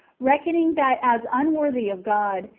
reckoning that as unworthy of god,